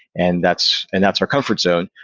and that's and that's our comfort zone.